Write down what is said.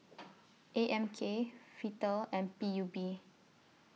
A M K Vital and P U B